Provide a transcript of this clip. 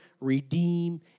redeem